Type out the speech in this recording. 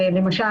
למשל,